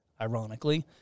ironically